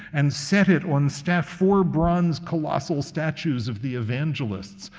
and set it on staff four bronze, colossal statues of the evangelists,